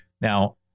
Now